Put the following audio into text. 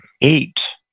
eight